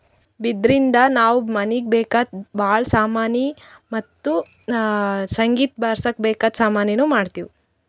ಬಿದಿರಿನ್ದ ನಾವ್ ಮನೀಗ್ ಬೇಕಾದ್ ಭಾಳ್ ಸಾಮಾನಿ ಮತ್ತ್ ಸಂಗೀತ್ ಬಾರ್ಸಕ್ ಬೇಕಾದ್ ಸಾಮಾನಿನೂ ಮಾಡ್ತೀವಿ